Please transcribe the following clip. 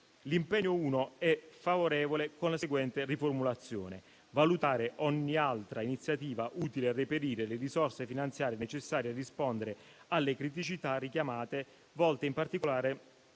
il parere è favorevole con la seguente riformulazione: «valutare ogni altra iniziativa utile a reperire le risorse finanziarie necessarie a rispondere alle criticità richiamate, volte in particolare